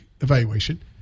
evaluation